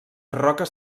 roques